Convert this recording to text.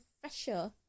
fresher